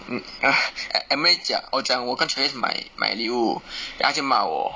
um ah emily 讲我讲我跟 travis 买礼物 then 她就骂我